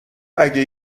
اگه